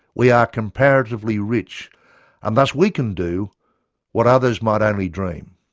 we are comparatively rich and thus we can do what others might only dream.